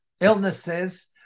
illnesses